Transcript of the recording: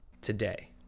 today